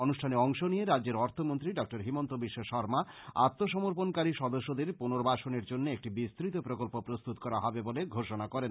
অনুষ্ঠানে অংশ নিয়ে রাজ্যের অর্থ মন্ত্রী ডক্টর হিমন্ত বিশ্ব শর্মা আত্ম সমর্পনকারী সদস্যদের পুনরবাসনের জন্য একটি বিস্তত প্রকল্প প্রস্তুত করা হবে বলে ঘোষণা করেন